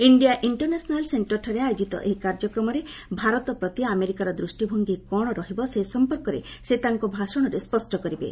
India international ସେକ୍ଷରଠାରେ ଆୟୋଜିତ ଏହି କାର୍ଯ୍ୟକ୍ରମରେ ଭାରତ ପ୍ରତି ଆମେରିକା ଦୃଷ୍ଟି ଭଙ୍ଗୀ କ'ଣ ରହିବ ସେ ସମ୍ପର୍କରେ ସେ ତାଙ୍କ ଭାଷଣରେ ସ୍ୱଷ୍ଟ କରିବେ